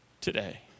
today